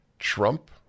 Trump